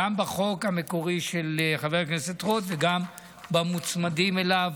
גם בחוק המקורי של חבר הכנסת רוט וגם במוצמדים אליו.